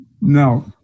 No